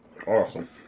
Awesome